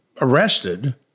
arrested